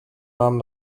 nahm